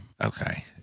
Okay